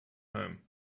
home